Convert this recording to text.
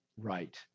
right